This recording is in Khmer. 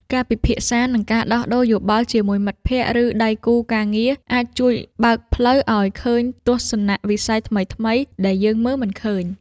ការពិភាក្សា និងការដោះដូរយោបល់ជាមួយមិត្តភក្តិ ឬដៃគូការងារ អាចជួយបើកផ្លូវឱ្យឃើញទស្សនវិស័យថ្មីៗដែលយើងមើលមិនឃើញ។